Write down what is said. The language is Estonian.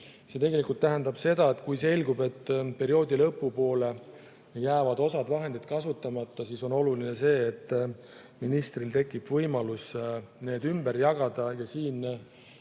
See tegelikult tähendab seda, et kui selgub, et perioodi lõpu poole jääb osa vahendeid kasutamata, siis on oluline see, et ministril tekib võimalus need ümber jagada ja mitte